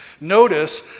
Notice